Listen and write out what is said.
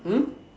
hmm